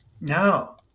No